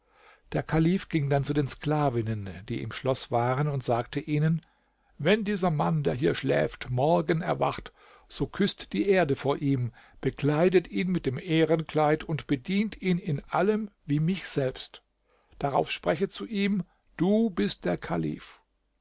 der kalif ging dann zu den sklavinnen die im schloß waren und sagte ihnen wenn dieser mann der hier schläft morgen erwacht so küßt die erde vor ihm bekleidet ihn mit dem ehrenkleid und bedient ihn in allem wie mich selbst darauf sprechet zu ihm du bist der kalif